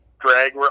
drag